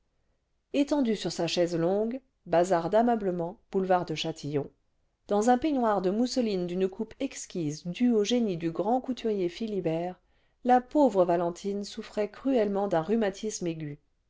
étendue sur sa chaise longue bazar d'ameublement boulevard de châtillon dans un peignoir de mousseline d'une coupe exquise due au génie du grand couturier philibert la pauvre valentine souffrait cruel lement d'un rhumatisme aigu